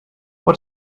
what